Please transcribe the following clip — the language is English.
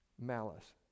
malice